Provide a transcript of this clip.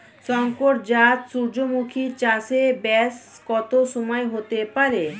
শংকর জাত সূর্যমুখী চাসে ব্যাস কত সময় হতে পারে?